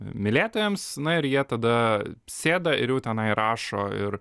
mylėtojams na ir jie tada sėda ir jau tenai rašo ir